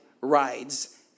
rides